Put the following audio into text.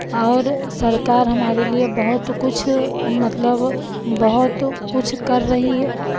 और सरकार हमारे लिए बहुत कुछ मतलब बहुत कुछ कर रही है